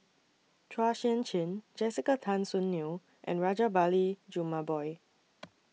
Chua Sian Chin Jessica Tan Soon Neo and Rajabali Jumabhoy